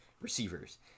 receivers